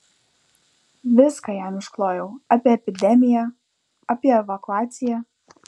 viską jam išklojau apie epidemiją apie evakuaciją